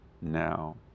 now